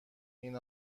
این